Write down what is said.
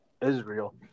Israel